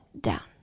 down